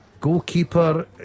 Goalkeeper